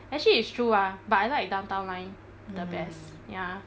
actually it's true ah but I like downtown line the best ya